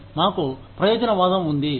మాకు ప్రయోజన వాదం ఉంది